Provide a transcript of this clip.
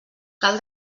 cal